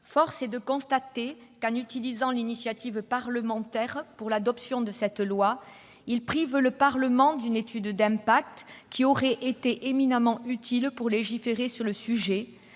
force est de constater que, en recourant à l'initiative parlementaire pour adopter cette loi, il prive le Parlement d'une étude d'impact, qui aurait été éminemment utile pour légiférer sur le sujet.